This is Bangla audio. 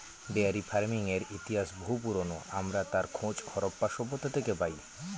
ডায়েরি ফার্মিংয়ের ইতিহাস বহু পুরোনো, আমরা তার খোঁজ হরপ্পা সভ্যতা থেকে পাই